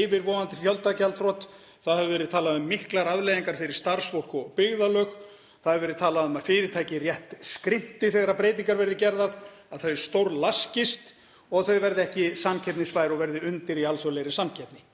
yfirvofandi fjöldagjaldþrot. Það hefur verið talað um miklar afleiðingar fyrir starfsfólk og byggðarlög. Það hefur verið talað um að fyrirtæki rétt skrimti þegar breytingar verði gerðar, að þau stórlaskist og þau verði ekki samkeppnisfær og verði undir í alþjóðlegri samkeppni.